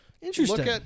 Interesting